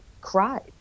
cried